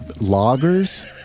loggers